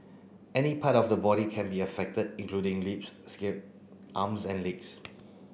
any part of the body can be affected including lips scalp arms and legs